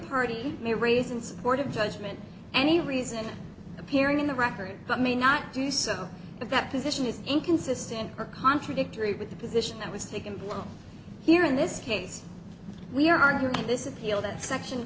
party may raise in support of judgment any reason appearing in the record but may not do so but that position is inconsistent or contradictory with the position that was taken blow here in this case we are hearing this appeal that section